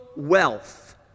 wealth